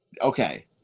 okay